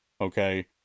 okay